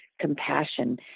compassion